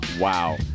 Wow